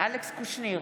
אלכס קושניר,